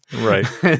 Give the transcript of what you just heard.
Right